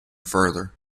further